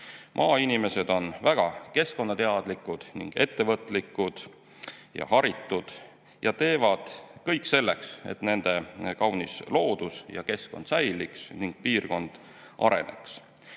Maainimesed on väga keskkonnateadlikud, ettevõtlikud ja haritud ning teevad kõik selleks, et nende kaunis loodus ja keskkond säiliks ning piirkond areneks.